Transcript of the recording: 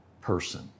person